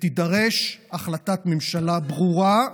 שתידרש החלטת ממשלה ברורה,